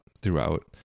throughout